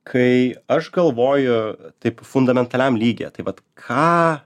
kai aš galvoju taip fundamentaliam lygiai tai vat ką